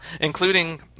including